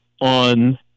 on